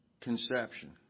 conception